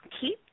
Keep